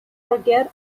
forget